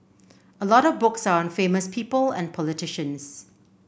a lot of books are on famous people and politicians